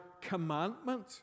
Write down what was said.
commandment